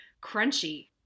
crunchy